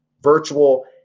virtual